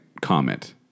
comment